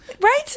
right